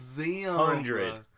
hundred